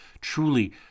truly